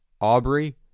Aubrey